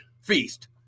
feast